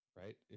right